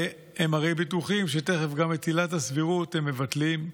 הם הרי בטוחים שתכף גם את עילת הסבירות הם מבטלים,